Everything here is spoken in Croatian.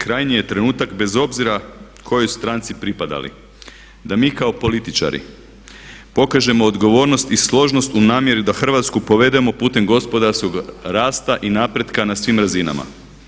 Krajnji je trenutak, bez obzira kojoj stranici propadali da mi kao političari pokažemo odgovornost i složnost u namjeri da Hrvatsku povedemo putem gospodarskog rasta i napretka na svim razinama.